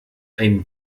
ein